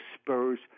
Spurs